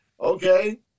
Okay